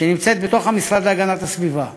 בתוך המשרד להגנת הסביבה,